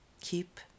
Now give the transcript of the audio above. keep